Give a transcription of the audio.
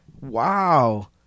Wow